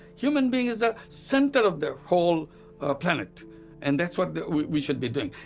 human being is the center of the whole planet and that's what we should be doing.